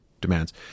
demands